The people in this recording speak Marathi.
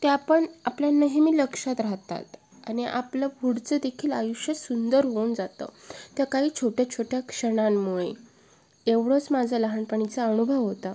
ते आपण आपल्या नेहमी लक्षात राहतात आणि आपलं पुढचं देखील आयुष्य सुंदर होऊन जातं त्या काही छोट्याछोट्या क्षणांमुळे एवढंच माझा लहानपणीचा अनुभव होता